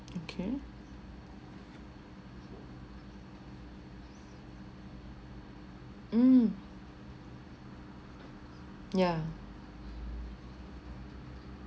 okay mm yeah